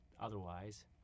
otherwise